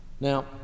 Now